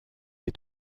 est